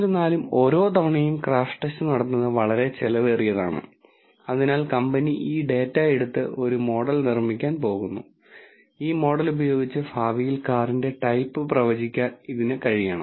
എന്നിരുന്നാലും ഓരോ തവണയും ക്രാഷ് ടെസ്റ്റ് നടത്തുന്നത് വളരെ ചെലവേറിയതാണ് അതിനാൽ കമ്പനി ഈ ഡാറ്റ എടുത്ത് ഒരു മോഡൽ നിർമ്മിക്കാൻ പോകുന്നു ഈ മോഡൽ ഉപയോഗിച്ച് ഭാവിയിൽ കാറിന്റെ ടൈപ്പ് പ്രവചിക്കാൻ ഇതിന് കഴിയണം